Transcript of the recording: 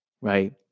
right